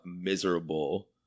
miserable